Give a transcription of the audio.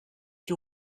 you